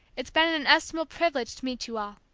it's been an inestimable privilege to meet you all.